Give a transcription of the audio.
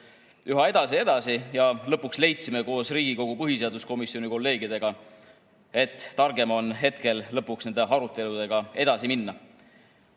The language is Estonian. üha edasi ja edasi. Lõpuks leidsime koos Riigikogu põhiseaduskomisjoni kolleegidega, et targem on nüüd nende aruteludega edasi minna.